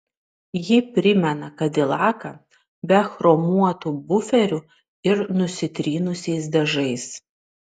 ji primena kadilaką be chromuotų buferių ir nusitrynusiais dažais